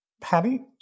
Patty